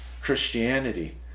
Christianity